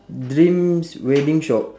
dreams wedding shop